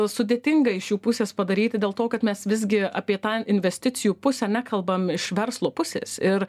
sudėtinga iš jų pusės padaryti dėl to kad mes visgi apie tą investicijų pusę nekalbam iš verslo pusės ir